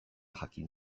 jakin